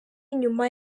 nyuma